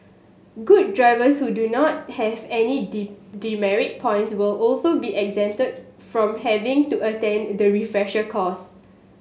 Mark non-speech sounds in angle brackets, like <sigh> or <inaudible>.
good drivers who do not have any <unintelligible> demerit points will also be exempted from having to attend the refresher course